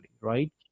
right